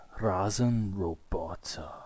Rasenroboter